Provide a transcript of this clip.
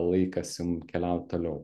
laikas jum keliaut toliau